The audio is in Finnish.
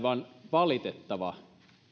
vain valitettava